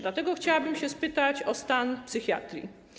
Dlatego chciałabym się spytać o stan psychiatrii.